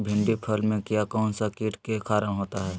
भिंडी फल में किया कौन सा किट के कारण होता है?